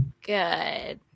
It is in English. good